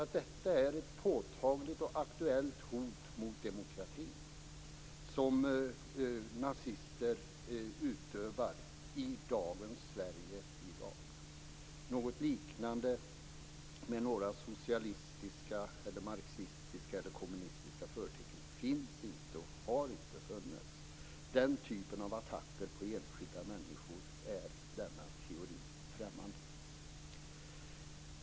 Det är ett påtagligt och aktuellt hot mot demokratin som nazister utövar i dagens Sverige. Något liknande med några socialistiska, marxistiska eller kommunistiska förtecken finns inte och har inte funnits. Den typen av attacker mot enskilda människor är denna teori främmande.